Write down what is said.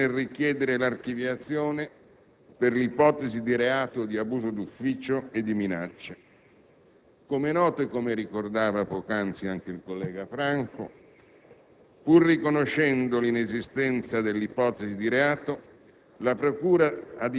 aggravato dalle motivazioni addotte dalla procura di Roma nel richiedere l'archiviazione per l'ipotesi di reato di abuso d'ufficio e di minacce. Come è noto, e come ricordava poc'anzi il collega Franco